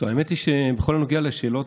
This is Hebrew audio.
טוב, האמת היא שבכל הנוגע לשאלות,